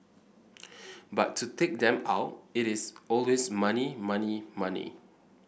but to take them out it is always money money money